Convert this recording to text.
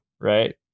Right